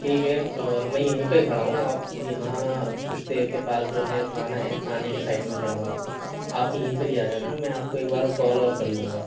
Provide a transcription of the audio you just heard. ٹھیک ہے اور میں یہیں پہ کھڑا ہوں آپ یہاں پُشتے کے پاس جو ہے تھانہ ہے تھانے کے سائڈ میں کھڑا ہُوا ہوں آپ یہیں پر ہی آجانا میں آپ کو ایک بار کال اور کر لوں گا